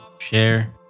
share